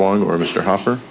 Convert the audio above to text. wong or mr harper